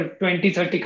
20-30